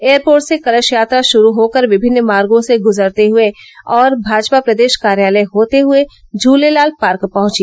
airport से कलश यात्रा शुरू हो कर विभिन्न मार्गों से गुजरते हुए और भाजपा प्रदेश कार्यालय होते हुए झूलेलाल पार्क े पहुंची